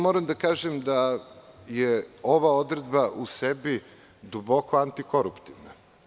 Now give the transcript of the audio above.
Moram da kažem da je ova odredba u sebi duboko antikoruptivna.